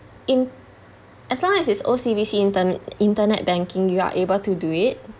in as long as it's O_C_B_C inter~ internet banking you're able to do it